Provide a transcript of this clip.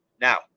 Now